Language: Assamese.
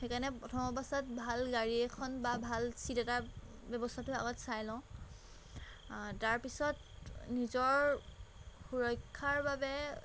সেইকাৰণে প্ৰথম অৱস্থাত ভাল গাড়ী এখন বা ভাল ছিট এটা ব্যৱস্থাটো আগত চাই লওঁ তাৰপিছত নিজৰ সুৰক্ষাৰ বাবে